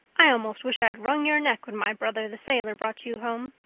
i almost wish i'd wrung your neck when my brother the sailor brought you home.